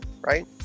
right